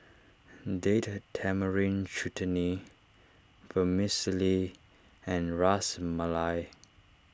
Date Tamarind Chutney Vermicelli and Ras Malai